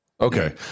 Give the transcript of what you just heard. okay